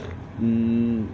mm